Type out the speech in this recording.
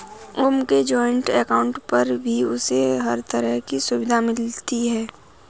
ओम के joint account पर भी उसे हर तरह की सुविधा मिलती है